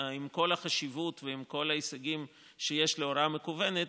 עם כל החשיבות ועם כל ההישגים שיש להוראה המקוונת,